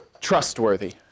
trustworthy